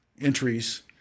entries